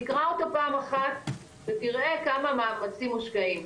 תקרא אותו פעם אחת ותראה כמה מאמצים מושקעים.